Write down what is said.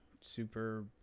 super